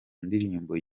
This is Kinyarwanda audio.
ndirimbo